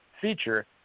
feature